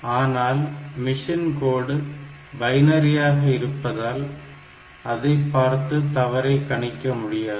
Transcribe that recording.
ஆனால் machine code பைனரியாக இருப்பதால் அதைப்பார்த்து தவறை கணிக்க முடியாது